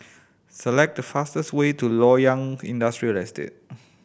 select the fastest way to Loyang Industrial Estate